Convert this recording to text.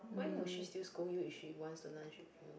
why would she still scold you if she wants to lunch with you